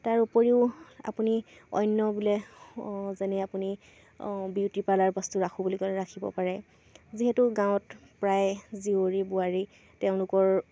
তাৰ উপৰিও আপুনি অন্য বোলে যেনে আপুনি বিউটি পাৰ্লাৰ বস্তু ৰাখোঁ বুলি ক'লে ৰাখিব পাৰে যিহেতু গাঁৱত প্ৰায় জীয়ৰী বোৱাৰী তেওঁলোকৰ